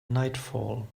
nightfall